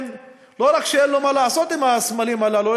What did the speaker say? לא רק שאין לו מה לעשות עם הסמלים הללו,